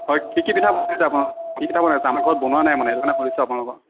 হয় কি কি পিঠা বনাইছে আপোনালোকৰ কি কি পিঠা বনাইছে আমাৰ ঘৰত বনোৱা নাই মানে সেই কাৰণে সুধিছোঁ আপোনালোকৰ